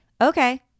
okay